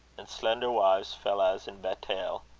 and slender wives, fell as in battaile,